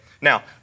now